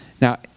Now